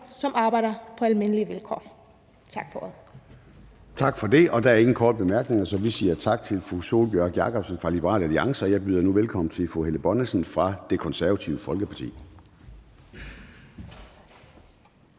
som arbejder på almindelige vilkår. Tak for